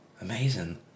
Amazing